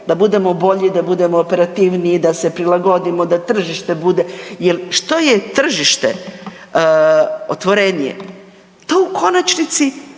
da budemo bolji, da budemo operativniji, da se prilagodimo, da tržište bude, jel što je tržište otvorenije to u konačnici